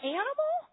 animal